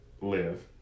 live